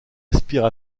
aspire